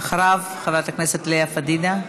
אחריו, חברת הכנסת לאה פדידה.